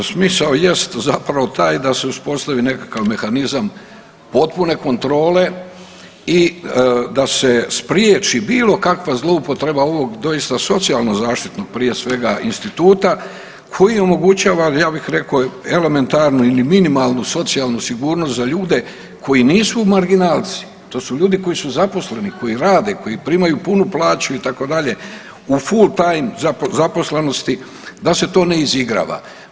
Da, smisao jest zapravo taj da se uspostavi nekakav mehanizam potpune kontrole i da se spriječi bilo kakva zloupotreba doista ovog socijalno zaštitnog prije svega instituta koja omogućava ja bih rekao elementarnu ili minimalnu socijalnu sigurnost za ljude koji nisu marginalci, to su ljudi koji su zaposleni, koji rade, koji primaju punu plaću itd., u full time zaposlenosti da se to ne izigrava.